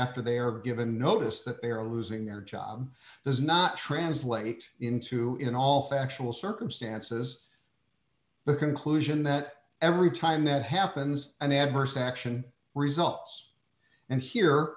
after they are given notice that they are losing their job does not translate into in all factual circumstances the conclusion that every time that happens an adverse action results and here